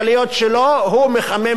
הוא מחמם את הגזרה עם אירן.